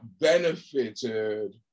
benefited